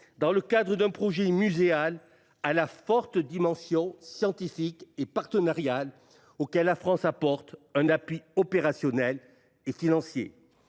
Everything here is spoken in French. dans le cadre d'un projet muséal à la forte dimension scientifique et partenariale auquel la France apporte un appui opérationnel et financier.